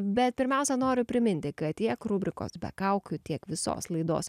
bet pirmiausia noriu priminti kad tiek rubrikos be kaukių tiek visos laidos